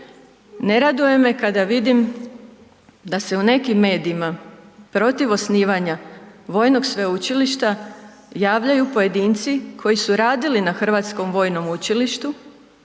Ne raduje me kada vidim da se u nekim medijima protiv osnivanja vojnog sveučilišta javljaju pojedinci koji su radili na Hrvatskom vojnom učilištu